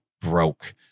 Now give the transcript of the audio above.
broke